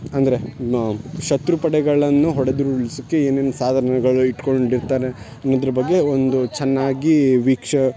ಅಂದರೆ ಶತ್ರುಪಡೆಗಳನ್ನು ಹೊಡೆದುರುಳಿಸುಕ್ಕೆ ಏನೇನು ಸಾಧನಗಳು ಇಟ್ಟುಕೊಂಡಿರ್ತಾರೆ ಅನ್ನುದ್ರ ಬಗ್ಗೆ ಒಂದು ಚೆನ್ನಾಗಿ ವೀಕ್ಷ